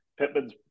Pittman's